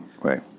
Right